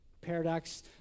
Paradox